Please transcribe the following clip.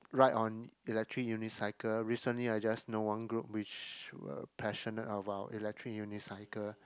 ride on electric unicycle recently I just know one group which were passionately about electric unicycle